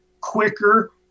quicker